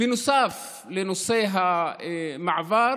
בנוסף לנושא המעבר,